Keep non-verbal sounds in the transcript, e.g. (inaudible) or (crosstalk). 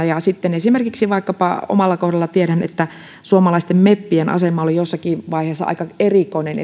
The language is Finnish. (unintelligible) ja sitten esimerkiksi vaikkapa omalla kohdallani tiedän että suomalaisten meppien asema oli jossakin vaiheessa aika erikoinen (unintelligible)